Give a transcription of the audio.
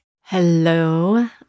Hello